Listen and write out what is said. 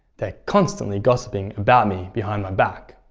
they're constantly gossiping about me behind my back.